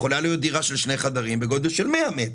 ויכולה להיות דירה של שני חדרים בגודל של 100 מ"ר.